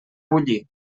bullir